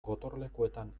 gotorlekuetan